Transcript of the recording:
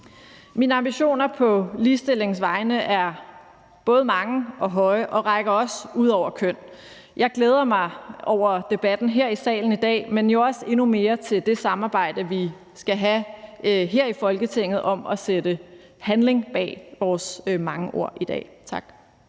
Mine ambitioner på ligestillingens vegne er både mange og høje og rækker også ud over køn. Jeg glæder mig over debatten her i salen i dag, men jo også endnu mere til det samarbejde, vi skal have her i Folketinget om at sætte handling bag vores mange ord i dag. Tak.